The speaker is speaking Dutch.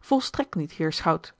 volstrekt niet heer schout